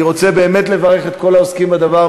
אני רוצה באמת לברך את כל העוסקים בדבר.